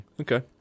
Okay